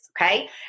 Okay